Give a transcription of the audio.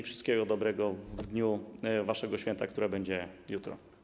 Wszystkiego dobrego w dniu waszego święta, które będzie jutro.